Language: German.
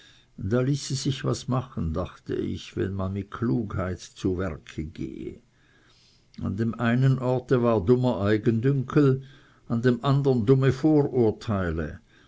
da ließe sich was machen dachte ich wenn man mit klugheit zu werke gehe an dem einen orte war dummer eigendünkel an dem andern dumme vorurteile